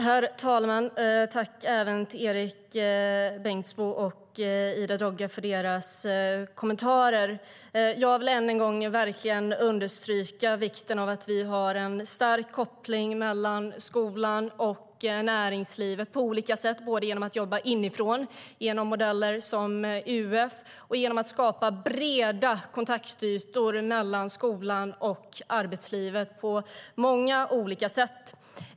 Herr talman! Jag tackar Erik Bengtzboe och Ida Drougge för deras kommentarer. Jag vill än en gång verkligen understryka vikten av att vi har en stark koppling mellan skolan och näringslivet på olika sätt - både genom att jobba inifrån i modeller som UF och genom att skapa breda kontaktytor mellan skolan och arbetslivet på många olika sätt.